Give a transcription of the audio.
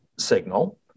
signal